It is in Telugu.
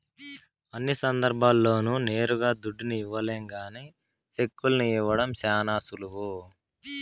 అన్ని సందర్భాల్ల్లోనూ నేరుగా దుడ్డుని ఇవ్వలేం గాన సెక్కుల్ని ఇవ్వడం శానా సులువు